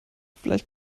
vielleicht